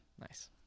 Nice